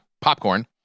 popcorn